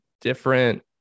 different